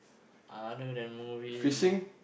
other than movies